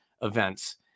events